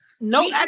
No